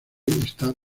esta